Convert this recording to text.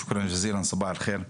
שוכרן ג'זילאן, סבח אל-חי'ר.